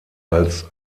als